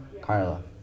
Carla